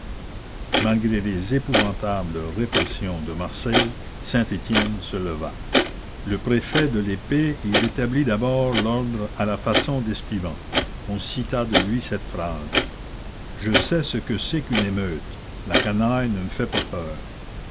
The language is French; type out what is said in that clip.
malgré les épouvantables répressions de marseille saintetienne se leva le préfet de lespée y rétablit d'abord l'ordre à la façon d'espivent on cita de lui cette phrase je sais ce que c'est qu'une émeute la canaille ne me fait pas peur